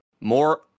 more